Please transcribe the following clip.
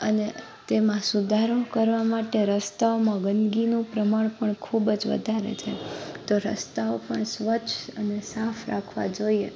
અને તેમાં સુધારો કરવા માટે રસ્તાઓમાં ગંદકીનું પ્રમાણ પણ ખૂબ જ વધારે છે તો રસ્તાઓ પણ સ્વચ્છ અને સાફ રાખવા જોઈએ